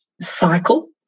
cycle